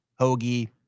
hoagie